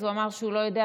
אז הוא אמר שהוא לא יודע,